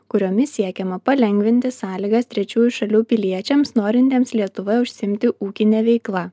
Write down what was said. kuriomis siekiama palengvinti sąlygas trečiųjų šalių piliečiams norintiems lietuvoje užsiimti ūkine veikla